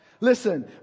Listen